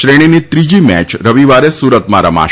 શ્રેણીની ત્રીજી મેય રવિવારે સુરતમાં રમાશે